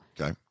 Okay